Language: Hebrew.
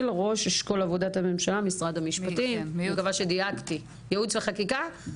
אני חווה את מה שנאמר כאן רגע כסימון בוהק לזה שהוועדה